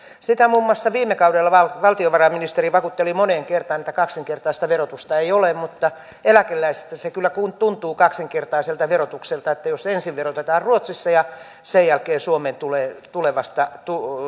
sitä muun muassa viime kaudella valtiovarainministeri vakuutteli moneen kertaan että kaksinkertaista verotusta ei ole mutta eläkeläisestä se kyllä tuntuu kaksinkertaiselta verotukselta jos ensin verotetaan ruotsissa ja sen jälkeen suomeen tulevasta